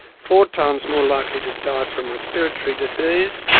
four times more likely to die from respiratory disease,